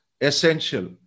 essential